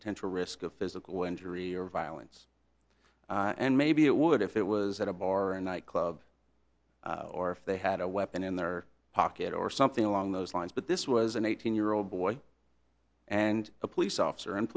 potential risk of physical injury or violence and maybe it would if it was at a bar or a nightclub or if they had a weapon in their pocket or something along those lines but this was an eighteen year old boy and a police officer and